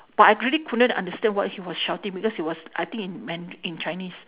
but I really couldn't understand what he was shouting because it was I think in man~ in chinese